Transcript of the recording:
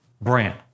brand